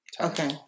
Okay